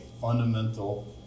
fundamental